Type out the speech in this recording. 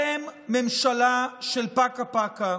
אתם ממשלה של פקה-פקה.